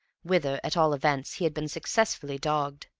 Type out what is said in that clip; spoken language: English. whither, at all events, he had been successfully dogged.